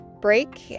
break